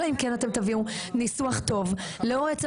אלא אם כן אתם תביאו ניסוח טוב לאור עצם